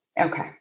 Okay